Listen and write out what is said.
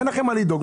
אין לכם מה לדאוג.